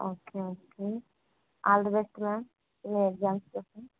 okay okay all the best ma'am మీ exams కోసం